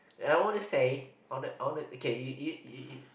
and I want to say I want to I want to okay you you you you